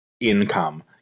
income